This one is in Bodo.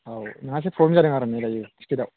औ नोंहा एसे प्रब्लेम जादों आरोने दायो टिकेटआव